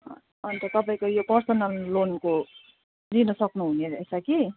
अन्त तपाईँको यो पर्सनल लोनको लिनसक्नु हुनेरहेछ कि